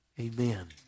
amen